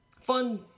fun